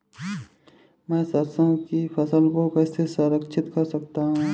मैं सरसों की फसल को कैसे संरक्षित कर सकता हूँ?